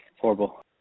Horrible